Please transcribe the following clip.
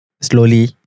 slowly